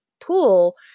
pool